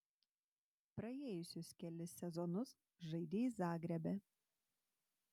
praėjusius kelis sezonus žaidei zagrebe